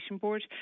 Board